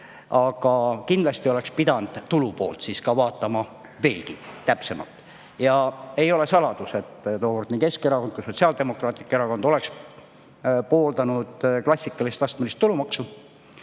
Aga kindlasti oleks pidanud tulupoolt ka veelgi täpsemalt vaatama. Ei ole saladus, et tookord nii Keskerakond kui ka Sotsiaaldemokraatlik Erakond oleks pooldanud klassikalist astmelist tulumaksu,